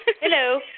Hello